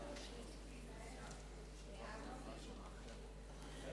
לנוסעים עקב עיכוב או דחייה בטיסה,